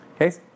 okay